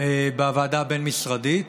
בוועדה הבין-משרדית,